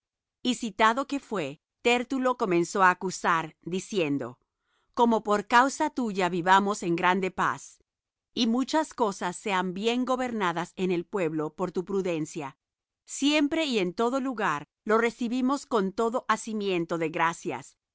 y citado que fué tértulo comenzó á acusar diciendo como por causa tuya vivamos en grande paz y muchas cosas sean bien gobernadas en el pueblo por tu prudencia siempre y en todo lugar lo recibimos con todo hacimiento de gracias